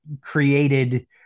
created